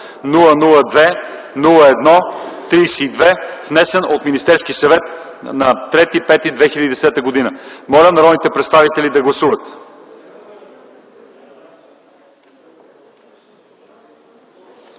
002-01-32, внесен от Министерския съвет на 3 май 2010 г. Моля народните представители да гласуват.